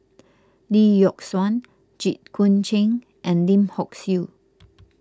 Lee Yock Suan Jit Koon Ch'ng and Lim Hock Siew